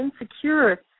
insecure